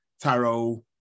Tarot